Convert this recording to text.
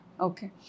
Okay